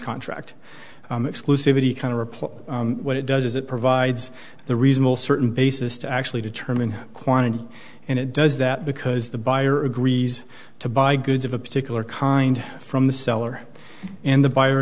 contract exclusivities kind of reply what it does is it provides the reasonable certain basis to actually determine quantity and it does that because the buyer agrees to buy goods of a particular kind from the seller and the buyer